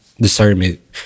discernment